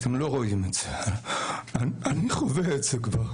אתם לא רואים את זה, אני חווה את זה כבר